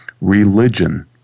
Religion